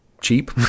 cheap